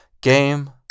game